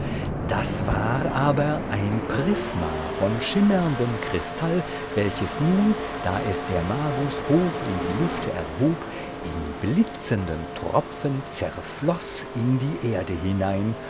das war aber ein prisma von schimmerndem kristall welches nun da es der magus hoch in die lüfte erhob in blitzenden tropfen zerfloß in die erde hinein